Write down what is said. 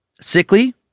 Sickly